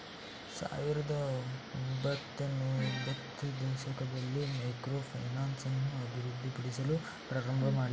ಸಾವಿರದ ಒಂಬೈನೂರತ್ತೊಂಭತ್ತ ರ ದಶಕದಲ್ಲಿ ಮೈಕ್ರೋ ಫೈನಾನ್ಸ್ ಅನ್ನು ಅಭಿವೃದ್ಧಿಪಡಿಸಲು ಪ್ರಾರಂಭಮಾಡಿದ್ರು